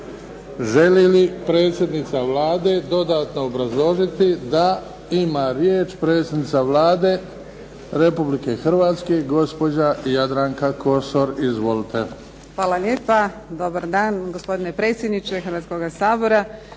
Želi li predsjednica Vlade dodatno obrazložiti? Da. Ima riječ predsjednica Vlade Republike Hrvatske, gospođa Jadranka Kosor. Izvolite. **Kosor, Jadranka (HDZ)** Hvala lijepa. Dobar dan. Gospodine predsjedniče Hrvatskoga sabora,